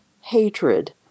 hatred